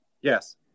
Yes